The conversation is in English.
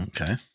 Okay